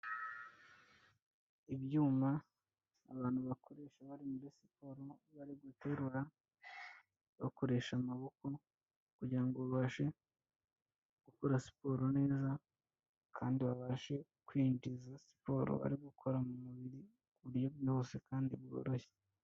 Ibyuma abantu bakoresha bari muri siporo bari guterura, bakoresha amaboko kugira ngo babashe gukora siporo neza kandi babashe kwinjiza siporo bari gukora mu mubiri ku buryo bwihuse kandi bworoshye.